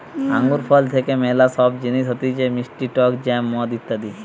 আঙ্গুর ফল থেকে ম্যালা সব জিনিস হতিছে মিষ্টি টক জ্যাম, মদ ইত্যাদি